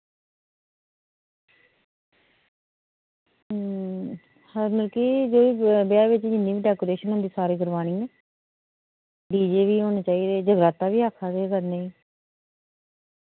हां मतलब कि जेह्ड़ी ब्याह् बिच्च जिन्नी बी डेकोरेशन होंदी ऐ सारी करोआनी ऐ डी जे बी होने चाहिदे जगराता बी आक्खा दे करने गी